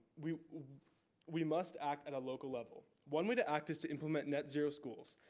we we must act at a local level. one way to act is to implement netzero schools.